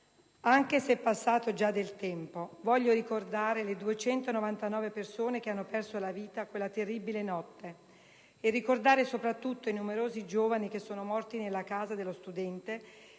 Anche se è passato già del tempo, voglio ricordare le 299 persone che hanno perso la vita in quella terribile notte e ricordare soprattutto i numerosi giovani che sono morti nella Casa dello studente